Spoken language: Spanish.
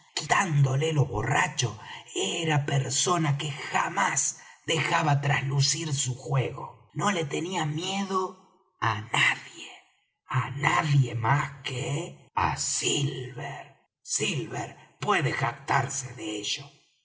quitándole lo borracho era persona que jamás dejaba traslucir su juego no le tenía miedo á nadie á nadie más que á silver silver puede jactarse de ello